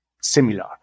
similar